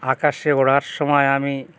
আকাশে ওড়ার সময় আমি